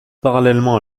parallèlement